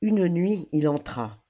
une nuit il entra